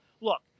Look